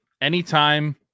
anytime